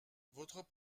votre